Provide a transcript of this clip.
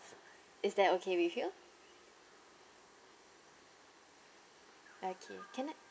is that okay with you okay can I